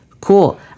Cool